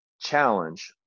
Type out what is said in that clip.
challenge